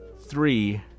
three